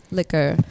liquor